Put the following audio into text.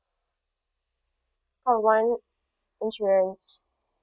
call one insurance